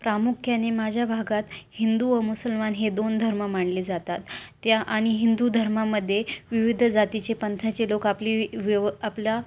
प्रामुख्याने माझ्या भागात हिंदू व मुसलमान हे दोन धर्म मानले जातात त्या आणि हिंदू धर्मामध्ये विविध जातीचे पंथाचे लोक आपली व्यव आपला